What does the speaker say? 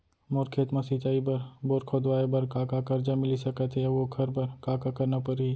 मोर खेत म सिंचाई बर बोर खोदवाये बर का का करजा मिलिस सकत हे अऊ ओखर बर का का करना परही?